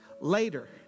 later